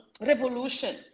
revolution